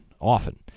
often